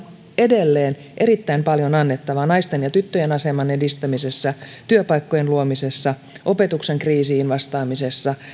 edelleen erittäin paljon annettavaa naisten ja tyttöjen aseman edistämisessä työpaikkojen luomisessa opetuksen kriisiin vastaamisessa